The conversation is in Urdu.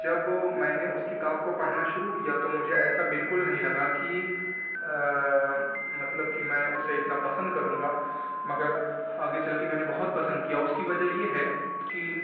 جب میں نے اس کتاب کو پڑھنا شروع کیا تو مجھے ایسا بالکل نہیں لگا کہ مطلب کہ میں اسے اتنا پسند کروں گا مگر آگے چل کے میں نے بہت پسند کیا اس کی وجہ یہ ہے کہ